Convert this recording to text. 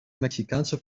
mexicaanse